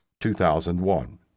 2001